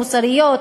מוסריות,